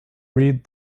read